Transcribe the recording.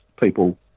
people